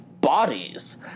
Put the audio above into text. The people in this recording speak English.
bodies